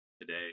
today